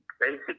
basic